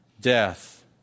death